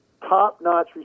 top-notch